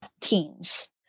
teens